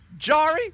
Jari